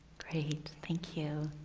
great, thank you.